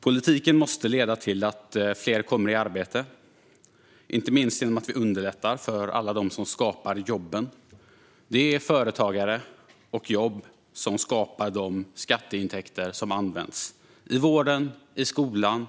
Politiken måste leda till att fler kommer i arbete, inte minst genom att vi underlättar för alla dem som skapar jobben. Det är företagande och jobb som skapar de skatteintäkter som används i vården, i skolan,